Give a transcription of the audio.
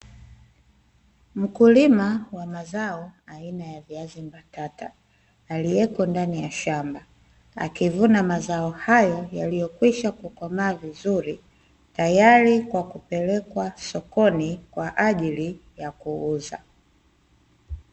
Mkulima wa mazao aina ya viazi mbatata, aliyepo ndani ya shamba. Akivuna mazao hayo yaliyokwisha kukomaa vizuri, tayari kwa kupelekwa sokoni kwa ajili ya kuuza.